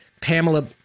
Pamela